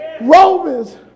Romans